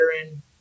veteran